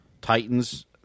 Titans